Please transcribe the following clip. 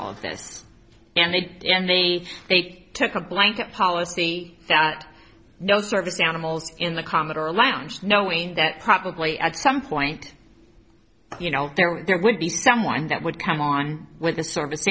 all of this and they and they they took a blanket policy that no service down a ml's in the commodore lounge knowing that probably at some point you know there would be someone that would come on with the service